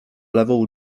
lewą